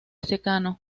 secano